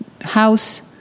House